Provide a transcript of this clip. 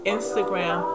Instagram